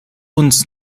uns